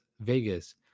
Vegas